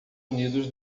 unidos